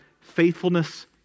faithfulness